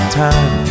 time